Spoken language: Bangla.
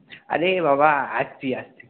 আরে বাবা আসছি আসছি